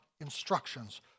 instructions